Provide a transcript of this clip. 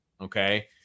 Okay